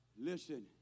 Listen